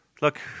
look